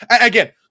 Again